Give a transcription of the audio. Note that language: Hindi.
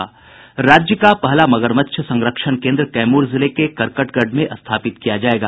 राज्य का पहला मगरमच्छ संरक्षण केन्द्र कैमूर जिले के करकटगढ़ में स्थापित किया जायेगा